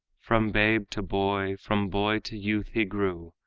from babe to boy, from boy to youth he grew,